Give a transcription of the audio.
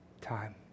time